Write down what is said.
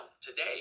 today